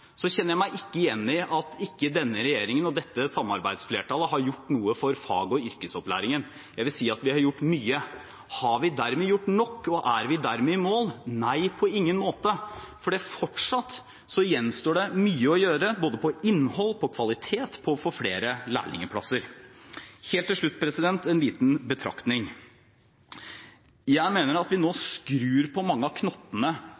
kjenner meg ikke igjen i at denne regjeringen og dette samarbeidsflertallet ikke har gjort noe for fag- og yrkesopplæringen. Jeg vil si at vi har gjort mye. Har vi dermed gjort nok, og er vi dermed i mål? Nei, på ingen måte, for fortsatt gjenstår det mye å gjøre, både med innhold, med kvalitet og med å få flere lærlingplasser. Helt til slutt en liten betraktning: Jeg mener at vi nå skrur på mange av knottene.